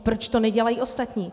Proč to nedělají ostatní?